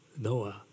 Noah